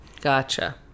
gotcha